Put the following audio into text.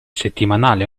settimanale